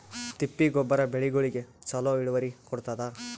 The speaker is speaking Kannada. ತಿಪ್ಪಿ ಗೊಬ್ಬರ ಬೆಳಿಗೋಳಿಗಿ ಚಲೋ ಇಳುವರಿ ಕೊಡತಾದ?